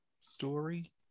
story